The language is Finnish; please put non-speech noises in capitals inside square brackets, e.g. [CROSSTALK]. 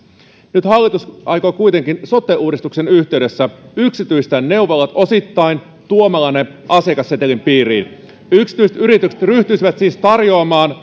nyt hallitus aikoo kuitenkin sote uudistuksen yhteydessä yksityistää neuvolat osittain tuomalla ne asiakassetelin piiriin yksityiset yritykset ryhtyisivät siis tarjoamaan [UNINTELLIGIBLE]